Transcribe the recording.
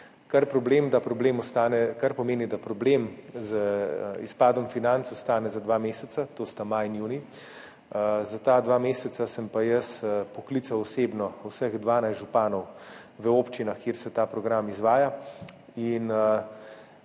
kar pomeni, da problem z izpadom financ ostane za dva meseca, to sta maj in junij. Za ta dva meseca sem pa osebno poklical vseh 12 županov v občinah, kjer se ta program izvaja,